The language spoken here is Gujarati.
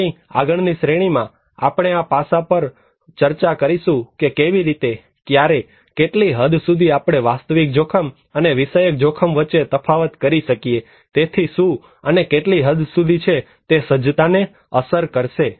આપણી આગળની શ્રેણીમાં આપણે આ પાસા પર ચર્ચા કરીશું કે કેવી રીતે ક્યારે કેટલી હદ સુધી આપણે વાસ્તવિક જોખમ અને વિષયક જોખમ વચ્ચે તફાવત કરી શકીએ છીએ તેથી શું અને કેટલી હદ સુધી તે સજ્જતાને અસર કરશે